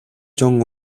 жон